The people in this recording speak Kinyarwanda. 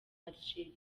algeria